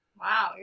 wow